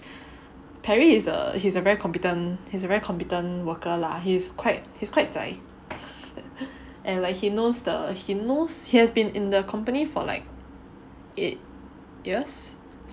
Perry is err he's a very competent he's a very competent worker lah he's quite he's quite zai and like he knows the he knows he has been in the company for like eight years six